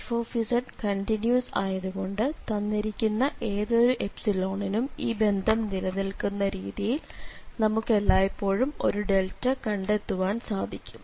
f continuous ആയതുകൊണ്ട് തന്നിരിക്കുന്ന ഏതൊരു നും ഈ ബന്ധം നിലനിൽക്കുന്ന രീതിയിൽ നമുക്ക് എല്ലായ്പ്പോഴും ഒരു കണ്ടെത്തുവാൻ സാധിക്കും